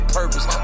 purpose